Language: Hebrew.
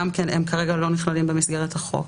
גם כן הם כרגע לא נכללים במסגרת החוק.